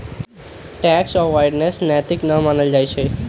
tax avoidance नैतिक न मानल जाइ छइ